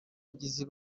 bagizi